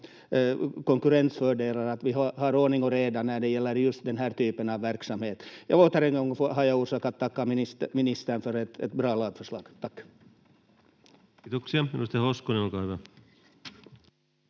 konkurrensfördelar, att vi har ordning och reda när det gäller just den här typen av verksamhet. Åter en gång har jag orsak att tacka ministern för ett bra lagförslag. — Tack.